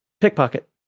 Pickpocket